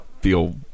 feel